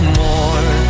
more